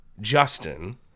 Justin